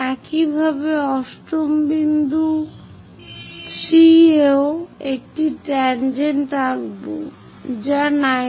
একইভাবে 8ম বিন্দু 3 এও একটি ট্যাংজেন্ট আঁকবো যা 90°